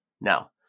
Now